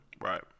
Right